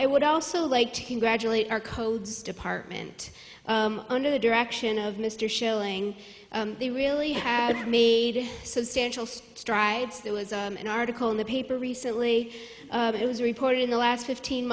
i would also like to congratulate our codes department under the direction of mr schilling they really had made substantial strides there was an article in the paper recently it was reported in the last fifteen